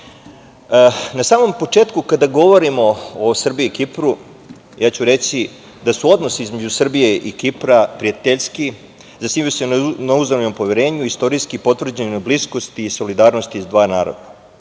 samom početku, kada govorimo o Srbiji i Kipru, ja ću reći da su odnosi između Srbije i Kipra prijateljski, zasnivaju se na uzajamnom poverenju, istorijski potvrđene bliskosti i solidarnosti dva